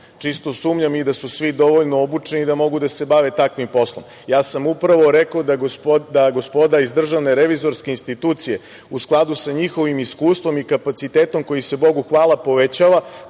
Čisto sumnjam i da su svi dovoljno obučeni da mogu da se bave takvim poslom. Ja sam upravo rekao da gospoda iz DRI u skladu sa njihovim iskustvom i kapacitetom koji se, Bogu hvala, povećava,